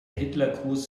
hitlergruß